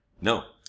No